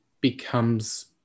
becomes